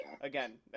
again